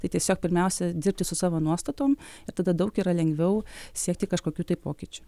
tai tiesiog pirmiausia dirbti su savo nuostatom tada daug yra lengviau siekti kažkokių tai pokyčių